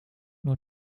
nur